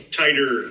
tighter